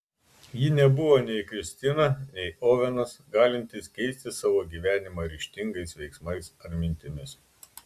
ji nebuvo nei kristina nei ovenas galintys keisti savo gyvenimą ryžtingais veiksmais ar mintimis